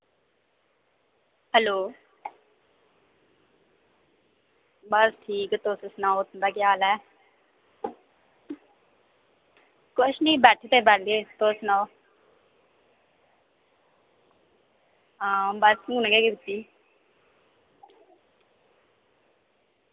hello बस ठीक तुस सनाओ तुंदा केह् हाल ऐ कुछ निं बैठे दे बैडै र तुस सनाओ बस हून गै कीती